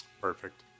Perfect